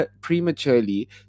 prematurely